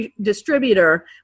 distributor